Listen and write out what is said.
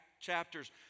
chapters